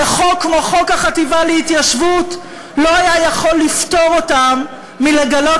וחוק כמו חוק החטיבה להתיישבות לא היה יכול לפטור אותם מלגלות